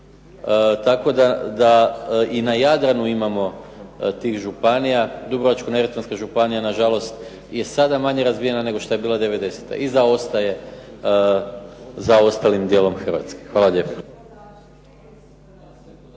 tako da i na Jadranu imamo tih županija. Dubrovačko-neretvanska županija na žalost je sada manje razvijena nego što je bila devedesete i zaostaje za ostalim dijelom Hrvatske. Hvala.